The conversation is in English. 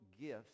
gifts